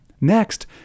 Next